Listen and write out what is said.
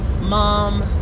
mom